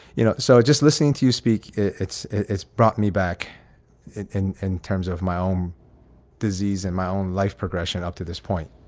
you know. so just listening to you speak, it's it's brought me back in in terms of my own disease, in my own life progression up to this point